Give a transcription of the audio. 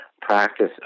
practice